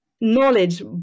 knowledge